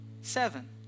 seven